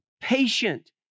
Patient